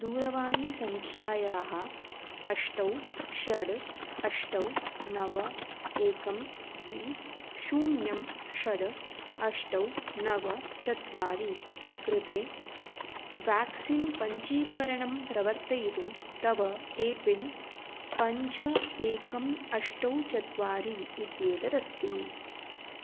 दूरवाणीसङ्ख्यायाः अष्ट षट् अष्ट नव एकं द्वे शून्यं षट् अष्ट नव चत्वारि कृते व्याक्सिन् पञ्जीकरणं प्रवर्तयितुं तव ए पिन् पञ्च एकम् अष्ट चत्वारि इत्येतदस्ति